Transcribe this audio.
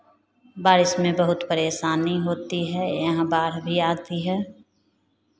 बारिश में बहुत परेशानी होती है यहाँ बाढ़ भी आती है